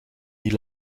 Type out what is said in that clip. die